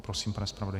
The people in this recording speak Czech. Prosím, pane zpravodaji.